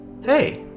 Hey